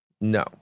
No